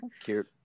cute